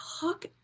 talk